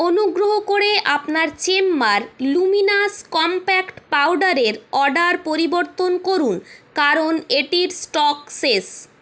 অনুগ্রহ করে আপনার চেম্বার লুমিনাস কমপ্যাক্ট পাউডারের অর্ডার পরিবর্তন করুন কারণ এটির স্টক শেষ